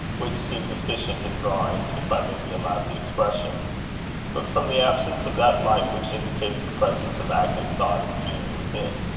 which seemed deficient in drawing, if i may be allowed the expression but from the absence of that light which indicates the presence of active thought and feeling within.